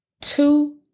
two